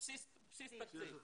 בסיס התקציב.